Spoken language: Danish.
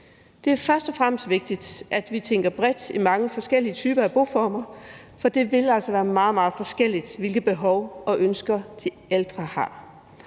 Det er først og fremmest vigtigt, at vi tænker bredt i mange forskellige typer af boformer, for det vil altså være meget, meget forskelligt, hvilke behov og ønsker de ældre har.